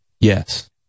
yes